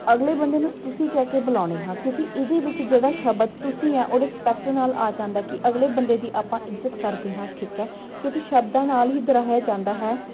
ਅਗਲੇ ਬੰਦੇ ਨੂੰ ਤੁਸੀਂ ਕਹਿ ਕੇ ਬੁਲਾਉਂਦੇ ਹਾਂ ਕਿਉਂਕਿ ਇਹਦੇ ਵਿੱਚ ਜਿਹੜਾ ਸ਼ਬਦ ਤੁਸੀਂ ਆ ਉਹ ਰਿਸਪੈਕਟ ਨਾਲ ਆ ਜਾਂਦਾ ਕਿ ਅਗਲੇ ਬੰਦੇ ਦੀ ਆਪਾਂ ਇੱਜ਼ਤ ਕਰਦੇ ਹਾਂ ਠੀਕ ਹੈ ਕਿਉਂਕਿ ਸ਼ਬਦਾਂ ਨਾਲ ਹੀ ਦੁਹਰਾਇਆ ਜਾਂਦਾ ਹੈ